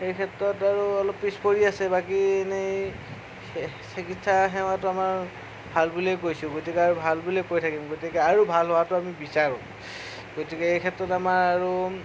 এই ক্ষেত্ৰত আৰু অলপ পিছ পৰি আছে বাকী ইনেই চিকিৎসাসেৱাটো আমাৰ বুলিয়েই কৈছোঁ গতিকে আৰু ভাল বুলিয়েই কৈ থাকিম গতিকে আৰু ভাল হোৱাটো আমি বিচাৰোঁ গতিকে এই ক্ষেত্ৰত আমাৰ আৰু